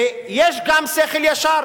ויש גם שכל ישר,